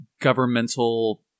governmental